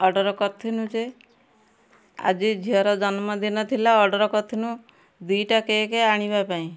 order କରିଥିନୁ ଯେ ଆଜି ଝିଅର ଜନ୍ମଦିନ ଥିଲା ଅର୍ଡ଼ର୍ କରିଥିନୁ ଦୁଇଟା କେକ୍ ଆଣିବାପାଇଁ